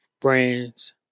Brands